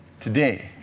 Today